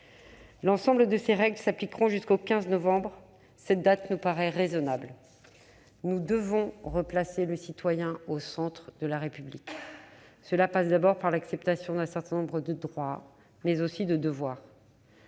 L'ensemble de ces règles s'appliquera jusqu'au 15 novembre, date qui nous paraît raisonnable. Nous devons replacer le citoyen au centre de la République. Cela passe d'abord par le respect d'un certain nombre de droits, mais aussi de devoirs.